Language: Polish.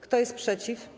Kto jest przeciw?